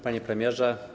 Panie Premierze!